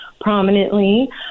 prominently